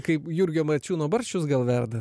kaip jurgio mačiūno barščius gal verda